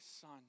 Son